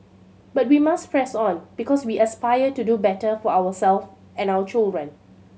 but we must press on because we aspire to do better for our self and our children